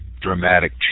dramatic